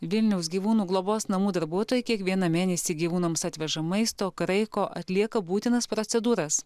vilniaus gyvūnų globos namų darbuotojai kiekvieną mėnesį gyvūnams atveža maisto kraiko atlieka būtinas procedūras